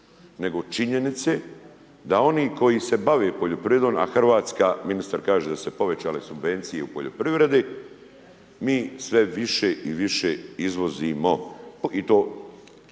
nego činjenice, da oni koji se bave poljoprivredom, a Hrvatska, ministar kaže da ste povećali subvencije u poljoprivredi, mi sve više i više izvozimo. I to, porast